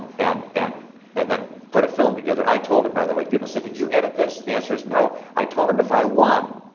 and and and then, put a film together. i told him, by the way. people said, did you edit this? the answer is no. i told him if i won,